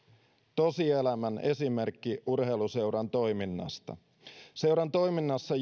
tosielämän esimerkki urheiluseuran toiminnasta seuran toiminnassa